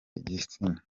igitsina